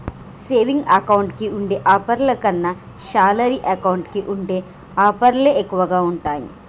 saving account కి ఉండే ఆఫర్ల కన్నా శాలరీ అకౌంట్ కి ఉండే ఆఫర్లే ఎక్కువగా ఉంటాయి